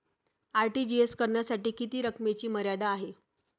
RTGS करण्यासाठी किती रकमेची मर्यादा आहे?